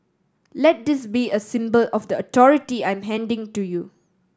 let this be a symbol of the authority I'm handing to you